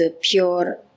pure